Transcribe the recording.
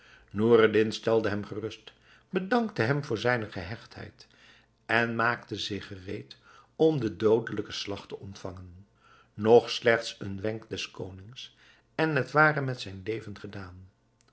noureddin stelde hem gerust bedankte hem voor zijne gehechtheid en maakte zich gereed om den doodelijken slag te ontvangen nog slechts een wenk des konings en het ware met zijn leven gedaan